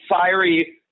fiery